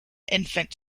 infant